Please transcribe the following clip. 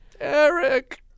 Eric